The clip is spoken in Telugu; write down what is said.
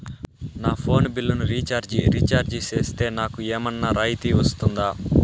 నా ఫోను బిల్లును రీచార్జి రీఛార్జి సేస్తే, నాకు ఏమన్నా రాయితీ వస్తుందా?